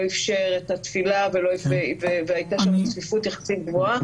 אפשר את התפילה והייתה שם צפיפות יחסית גבוהה.